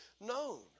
known